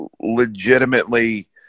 legitimately